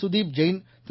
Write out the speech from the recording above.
கதீப் Jain திரு